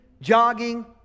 jogging